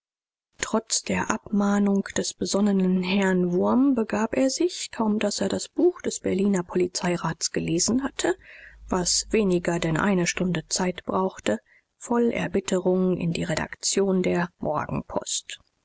trotz der abmahnung des besonnenen herrn wurm begab er sich kaum daß er das buch des berliner polizeirats gelesen hatte was weniger denn eine stunde zeit brauchte voll erbitterung in die redaktion der